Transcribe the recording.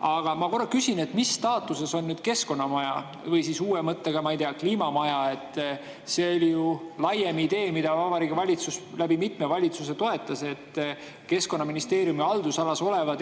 Aga ma küsin, mis staatuses on keskkonnamaja või siis uue mõtte järgi, ma ei tea, kliimamaja. See oli ju laiem idee, mida Vabariigi Valitsus mitme valitsuse jooksul toetas, et Keskkonnaministeeriumi haldusalas olevad